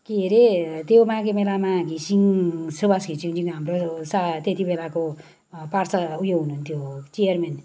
के अरे त्यो माघे मेलामा घिसिङ सुवास घिसिङज्यू हाम्रो त्यतिबेलाको पार्सा उयो हुनु हुन्थ्यो चियरमेन